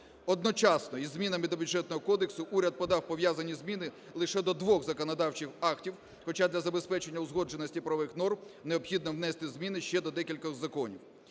Одночасно із змінами до Бюджетного кодексу уряд подав пов'язані зміни лише до двох законодавчих актів, хоча для забезпечення узгодженості правових норм необхідно внести зміни ще до декількох законів,